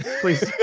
Please